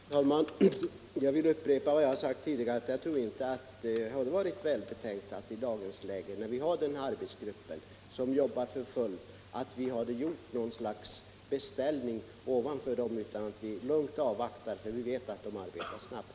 Herr talman! Jag vill upprepa att jag inte tror att det skulle vara välbetänkt att i dagens läge, när vi har denna arbetsgrupp som jobbar för fullt, göra något slags beställning ovanför arbetsgruppen. Vi bör lugnt avvakta, för vi vet att gruppen arbetar snabbt.